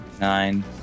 Nine